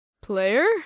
Player